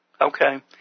Okay